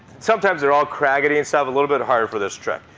sometimes they're all craggedy and stuff. a little bit harder for this trick.